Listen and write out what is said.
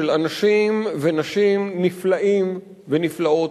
של אנשים ונשים נפלאים ונפלאות,